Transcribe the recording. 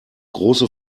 große